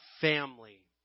family